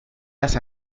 las